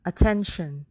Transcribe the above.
Attention